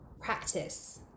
practice